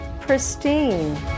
pristine